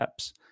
apps